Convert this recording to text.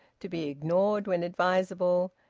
to be ignored when advisable,